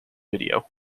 video